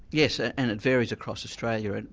yes, ah and it varies across australia.